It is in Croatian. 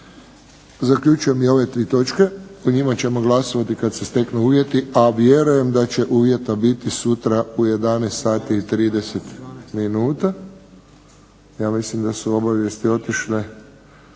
zaključujem i ove tri točke. O njima ćemo glasovati kad se steknu uvjeti, a vjerujem da će uvjeta biti sutra u 11,30 sati. Ja mislim da su obavijesti otišle